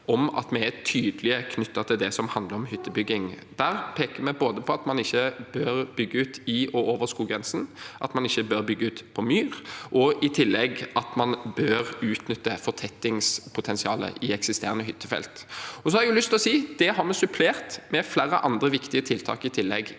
om at vi er tydelige knyttet til det som handler om hyttebygging. Der peker vi på at man ikke bør bygge ut i og over skoggrensen, at man ikke bør bygge ut på myr, og i tillegg at man bør utnytte fortettingspotensialet i eksisterende hyttefelt. Så har jeg lyst til å si at vi har supplert det med flere andre viktige tiltak i tillegg.